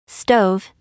stove